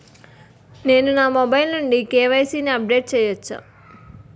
నేను నా మొబైల్ నుండి కే.వై.సీ ని అప్డేట్ చేయవచ్చా?